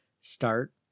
start